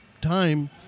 time